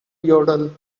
yodel